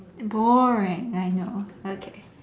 boring I know okay